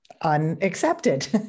unaccepted